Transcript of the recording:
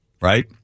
right